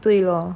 对 lor